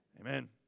Amen